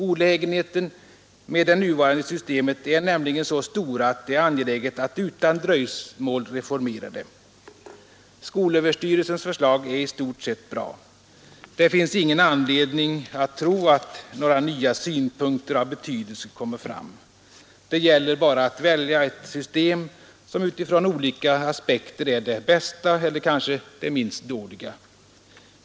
Olägenheterna med det nuvarande systemet är nämligen så stora att det är angeläget att utan dröjsmål reformera det. Skolöverstyrelsens förslag är i stort sett bra. Det finns ingen anledning att tro att några nya synpunkter av betydelse skall komma fram. Det gäller bara att välja ett system som från olika aspekter är det bästa eller kanske det minst dåliga.